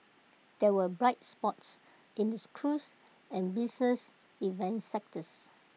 there were bright spots in the cruise and business events sectors